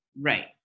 Right